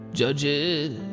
judges